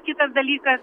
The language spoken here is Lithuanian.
kitas dalykas